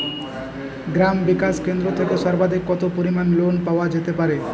গ্রাম বিকাশ কেন্দ্র থেকে সর্বাধিক কত পরিমান লোন পাওয়া যেতে পারে?